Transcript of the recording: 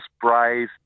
brave